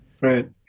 Right